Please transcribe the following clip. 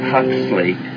Huxley